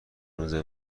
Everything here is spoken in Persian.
روزه